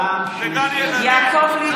פעם שנייה.